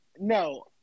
No